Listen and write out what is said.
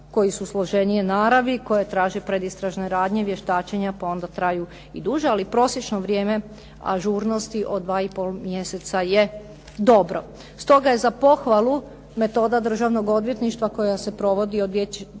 koje su složenije naravi, koje traže predistražne radnje, vještačenja, onda traju i duže, ali prosječno vrijeme ažurnosti od dva i pol mjeseca je dobro. Stoga je za pohvalu metoda državnog odvjetništva koja se provodi od